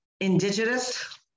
indigenous